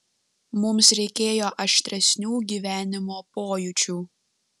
mums reikėjo aštresnių gyvenimo pojūčių